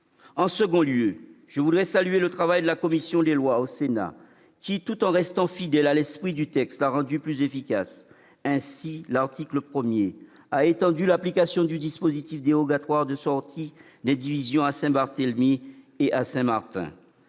En second lieu, je voudrais saluer le travail de la commission des lois du Sénat, qui, tout en restant fidèle à l'esprit du texte, l'a rendu plus efficace. Ainsi, à l'article 1, elle a étendu l'application du dispositif dérogatoire de sortie d'indivision à Saint-Barthélemy et à Saint-Martin.